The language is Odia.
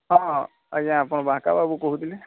ହଁ ଆଜ୍ଞା ଆପଣ ବାଙ୍କାବାବୁ କହୁଥିଲେ